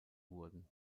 wurden